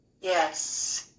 Yes